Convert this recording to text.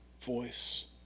voice